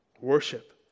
Worship